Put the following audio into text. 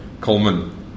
Coleman